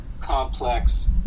complex